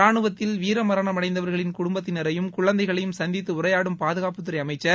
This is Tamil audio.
ரானுவத்தில் வீர மரணமடைந்தவர்களின் குடும்பத்தினரையும் குழந்தைகளையும் சந்தித்து உரையாடும் பாதுகாப்புத்துறை அமைச்சர்